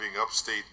upstate